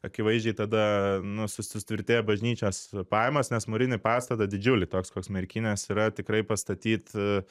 akivaizdžiai tada nu sutvirtėja bažnyčios pajamos nes mūrinį pastatą didžiulį toks koks merkinės yra tikrai pastatyt